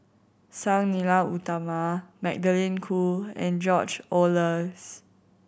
Sang Nila Utama Magdalene Khoo and George Oehlers